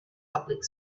public